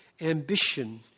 ambition